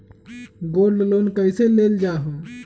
Gold loan कईसे लेल जाहु?